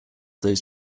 those